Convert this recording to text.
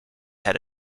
head